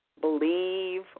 believe